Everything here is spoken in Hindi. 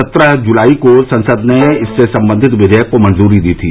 सत्रह जुलाई को संसद ने इससे संबंधित विधेयक को मंजूरी दी थी